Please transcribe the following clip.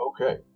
Okay